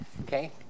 Okay